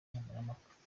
nkemurampaka